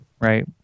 Right